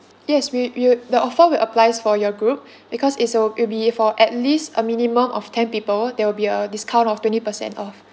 yes we will the offer will applies for your group because it'll a it'll be for at least a minimum of ten people there will be a discount of twenty percent off